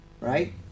right